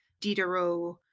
Diderot